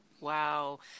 Wow